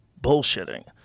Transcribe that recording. bullshitting